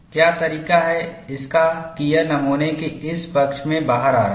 क्या तरीका है इसका कि यह नमूने के इस पक्ष में बाहर आ रहा है